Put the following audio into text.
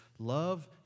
Love